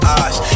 eyes